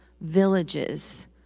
villages